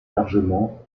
largement